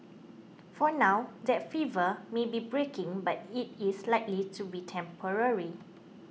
for now that fever may be breaking but it is likely to be temporary